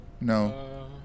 No